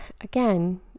again